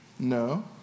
No